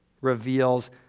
reveals